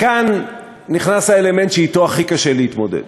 וכאן נכנס האלמנט שאתו הכי קשה להתמודד,